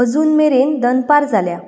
अजून मेरेन दनपार जाल्या